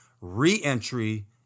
re-entry